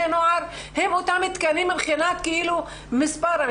נוער הם אותם תקנים מבחינת מספר התיקים,